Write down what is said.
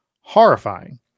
Horrifying